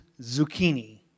zucchini